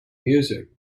music